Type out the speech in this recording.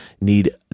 need